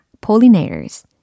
pollinators